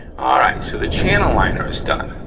all right, so the channel liner is done.